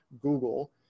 Google